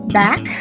back